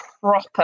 proper